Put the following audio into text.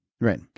Right